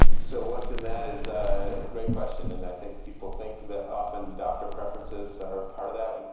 so what's in that is a great question, and i think people think that often doctor preferences are part of that.